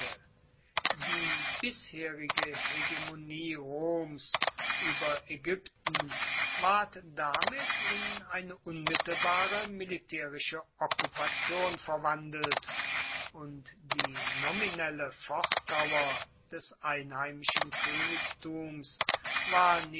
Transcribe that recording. die bisherige hegemonie roms über ägypten ward damit in eine unmittelbare militärische okkupation verwandelt und die nominelle fortdauer des einheimischen königtums war